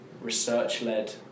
Research-led